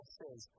says